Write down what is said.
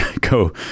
go